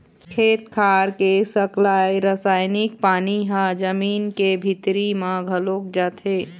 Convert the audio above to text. खेत खार के सकलाय रसायनिक पानी ह जमीन के भीतरी म घलोक जाथे